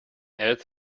else